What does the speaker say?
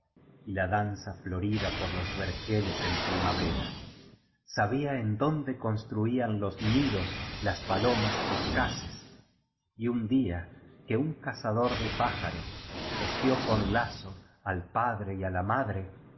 y la danza florida por los verjeles en primavera sabía en dónde construían los nidos las palomas torcaces y un día que un cazador de pájaros cogió biblioteca nacional de españa la españa moderna con lazo al padre y á la madre